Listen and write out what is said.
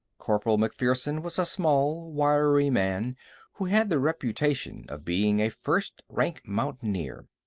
corporal macpherson was a small, wiry man who had the reputation of being a first-rank mountaineer.